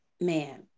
Man